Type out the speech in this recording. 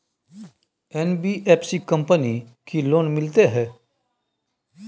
NBFC company की loan मिलते है?